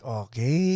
okay